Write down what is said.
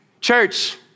Church